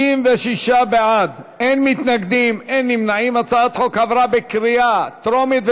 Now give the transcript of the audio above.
ההצעה להעביר את הצעת חוק מתן שירות באמצעות דואר אלקטרוני,